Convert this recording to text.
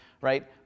right